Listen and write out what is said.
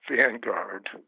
vanguard